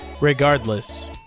regardless